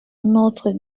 notre